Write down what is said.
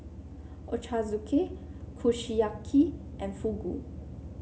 Ochazuke Kushiyaki and Fugu